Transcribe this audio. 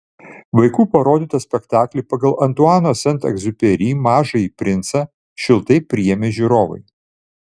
vaikų parodytą spektaklį pagal antuano sent egziuperi mažąjį princą šiltai priėmė žiūrovai